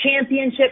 championship